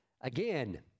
Again